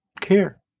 care